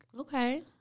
Okay